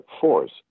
force